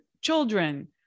children